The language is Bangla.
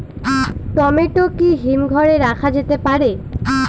টমেটো কি হিমঘর এ রাখা যেতে পারে?